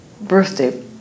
birthday